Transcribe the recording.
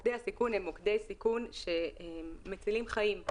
מוקדי הסיכון הם מוקדי סיכון שמצילים חיים.